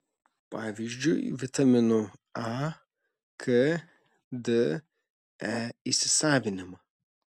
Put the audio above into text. pavyzdžiui vitaminų a k d e įsisavinimą